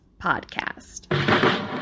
Podcast